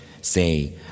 Say